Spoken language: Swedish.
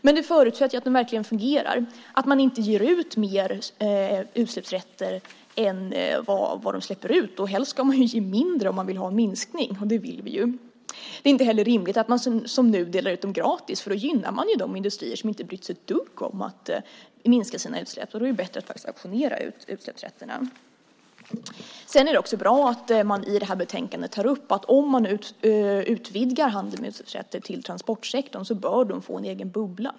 Men det förutsätter att den verkligen fungerar och att man inte ger ut fler utsläppsrätter än vad som släpps ut. Helst ska man ge mindre, om man vill ha en minskning. Och det vill vi ju. Det är inte heller rimligt att man som nu delar ut dem gratis. Då gynnar man de industrier som inte har brytt sig ett dugg om att minska sina utsläpp. Då är det bättre att auktionera ut dem. Det är bra att man i utlåtandet tar upp att om man utvidgar handeln med utsläppsrätter till transportsektorn så bör den få en egen bubbla.